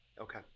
okay